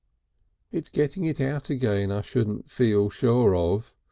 it's getting it out again i shouldn't feel sure of.